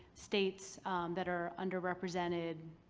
states that are underrepresented,